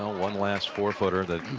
one last four footer that